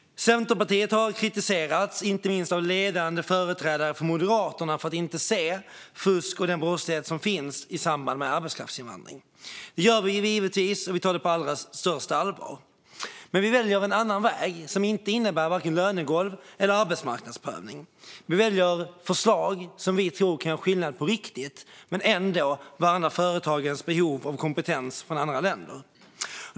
Centerpartiet har kritiserats, inte minst av ledande företrädare för Moderaterna, för att inte se det fusk och den brottslighet som finns i samband med arbetskraftsinvandring. Det gör vi givetvis, och vi tar det på allra största allvar. Men vi väljer en annan väg som inte innebär vare sig lönegolv eller arbetsmarknadsprövning. Vi väljer förslag som vi tror kan göra skillnad på riktigt men ändå värna företagens behov av kompetens från andra länder.